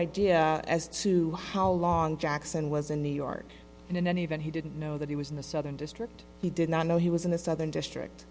idea as to how long jackson was in new york and in any event he didn't know that he was in the southern district he did not know he was in the southern district